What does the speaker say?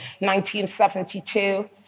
1972